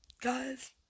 Guys